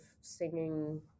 singing